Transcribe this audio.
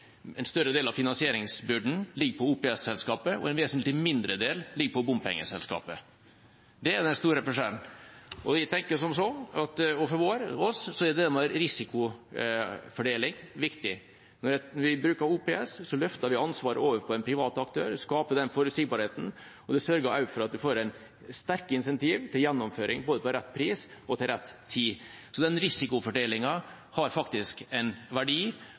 en større del av finansieringsbyrden ligger på OPS-selskapet og en vesentlig mindre del ligger på bompengeselskapet. Det er den store forskjellen. Jeg tenker som så at for oss er det med risikofordeling viktig. Når vi bruker OPS, løfter vi ansvaret over på en privat aktør, skaper forutsigbarhet, og det sørger også for at en får sterke incentiver til gjennomføring både til rett pris og til rett tid. Så den risikofordelingen har faktisk en verdi,